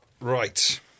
Right